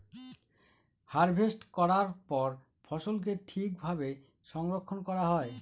harvest করার পরে ফসলকে ঠিক ভাবে সংরক্ষন করা হয়